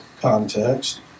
context